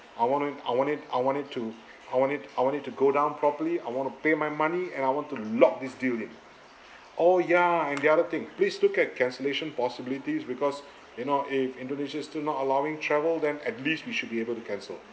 I want it I want it I want it to I want it I want it to go down properly I want to pay my money and I want to lock this deal in oh ya and the other thing please look at cancellation possibilities because you know if indonesia is still not allowing travel then at least we should be able to cancel